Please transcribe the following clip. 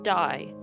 die